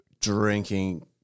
drinking